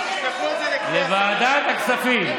לוועדת הכספים.